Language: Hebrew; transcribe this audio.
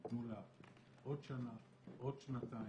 ייתנו עוד שנה, עוד שנתיים.